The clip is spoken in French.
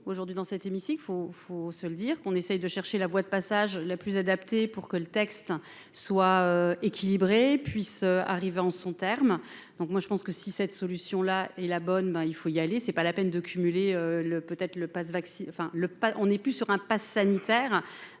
aujourd'hui dans cet hémicycle faut faut se le dire, qu'on essaye de chercher la voie de passage la plus adaptée pour que le texte soit équilibré puisse arriver en son terme, donc moi je pense que si cette solution-là et la bonne ben il faut y aller, c'est pas la peine de cumuler le peut-être le Pass vaccinal enfin le pas, on est plus sur un Pass sanitaire